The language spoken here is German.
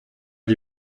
die